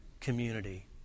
community